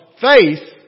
faith